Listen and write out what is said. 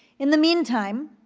in the meantime,